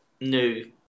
new